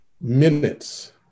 minutes